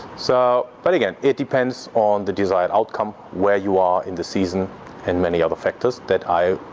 so but again it depends on the desired outcome where you are in the season and many other factors that i.